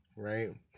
right